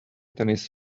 tennis